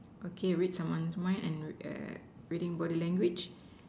okay read someone's mind and reading body language